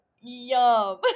Yum